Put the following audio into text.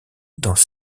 dans